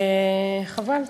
חבל.